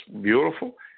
beautiful